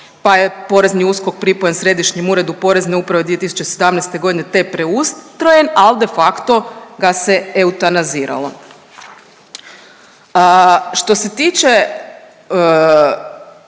pa je PNUSKOK pripojen Središnjem uredu Porezne uprave 2017.g., te preustrojen, al de facto ga se eutanaziralo. Što se tiče